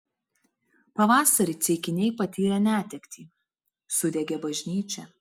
pavasarį ceikiniai patyrė netektį sudegė bažnyčia